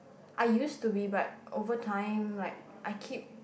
I used to be but over time like I keep